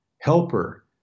helper